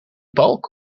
balk